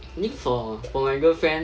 I think for for my girlfriend